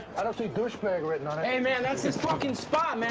i don't see douchebag written on it. hey, man, that's his fuckin' spot,